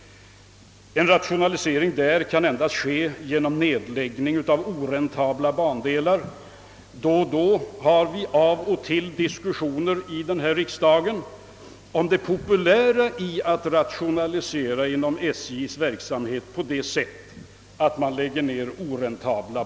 En rationalisering inom SJ kan endast ske genom ned läggning av oräntabla bandelar. Vi har ju av och till diskussioner här i riksdagen om det populära i att rationalisera så att oräntabla bandelar nedlägges.